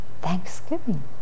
Thanksgiving